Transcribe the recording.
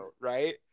right